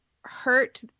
hurt